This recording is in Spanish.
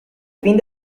fin